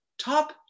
Top